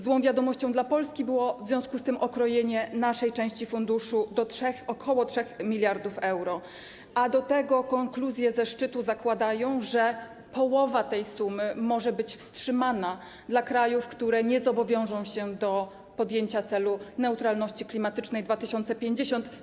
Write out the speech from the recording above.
Złą wiadomością dla Polski było w związku tym okrojenie naszej części funduszu do ok. 3 mld euro, a do tego konkluzje ze szczytu zakładają, że połowa tej sumy może być wstrzymana dla krajów, które nie zobowiążą się do podjęcia celu neutralności klimatycznej 2050.